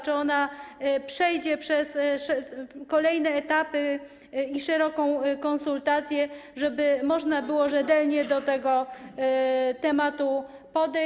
Czy ona przejdzie przez kolejne etapy i szerokie konsultacje, żeby można było rzetelnie do tego tematu podejść?